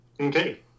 Okay